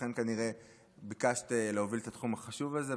לכן כנראה ביקשת להוביל את התחום החשוב הזה,